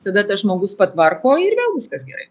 tada tas žmogus patvarko ir vėl viskas gerai